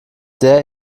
sehr